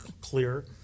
clear